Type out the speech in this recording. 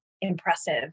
impressive